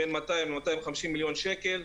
בין 200 ל-250 מיליון שקלים,